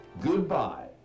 Goodbye